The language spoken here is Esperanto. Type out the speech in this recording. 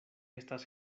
estas